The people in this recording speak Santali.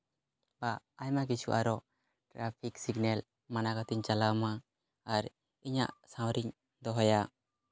ᱟᱜ ᱟᱭᱢᱟ ᱠᱤᱪᱷᱩ ᱟᱨᱚ ᱴᱨᱟᱯᱷᱤᱠ ᱥᱤᱜᱽᱱᱮᱹᱞ ᱢᱟᱱᱟᱣ ᱠᱟᱛᱮᱧ ᱪᱟᱞᱟᱣ ᱢᱟ ᱟᱨ ᱤᱧᱟᱹᱜ ᱥᱟᱶᱨᱤᱧ ᱫᱚᱦᱚᱭᱢᱟ